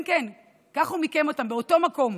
כן, כן, כך הוא מיקם אותן באותו מקום.